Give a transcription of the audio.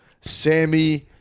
Sammy